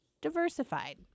diversified